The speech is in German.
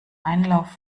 einlauf